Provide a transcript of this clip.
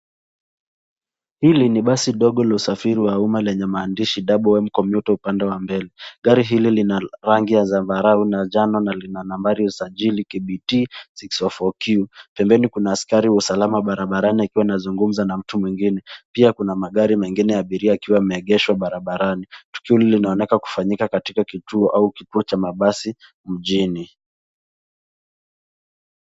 Hili ni basi dogo la usafiri wa uma lenye maandishi doublem commuter upande wa mbele. Gari hili lina rangi ya zambarau najano na lina nambari za usajili kbt 604q. Pembeni kuna askari wa usalama barabarani akiwa anazungumza na mtu mwingine. Pia kuna magari mengine ya abiria akiwa ameegeshwa barabarani. Tukio li linalooneka kufanyika katika kituo au kituo cha mabasi mjini.